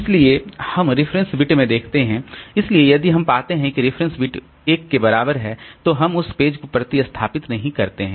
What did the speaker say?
इसलिए हम reference bit में देखते हैं इसलिए यदि हम पाते हैं कि रेफरेंस बिट 1 के बराबर है तो हम उस पेज को प्रतिस्थापित नहीं करते हैं